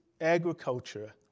agriculture